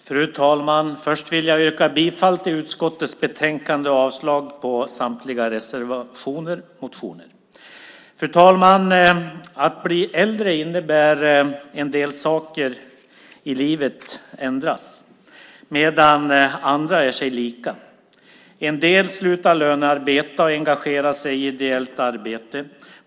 Fru talman! Först vill jag yrka bifall till förslagen i utskottets betänkande och avslag på samtliga reservationer och motioner. Fru talman! Att bli äldre innebär att en del saker i livet ändras medan andra är sig lika. En del slutar lönearbeta och engagerar sig i ideellt arbete.